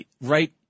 right